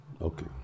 Okay